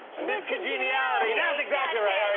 miss congeniality! that's exactly right!